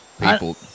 People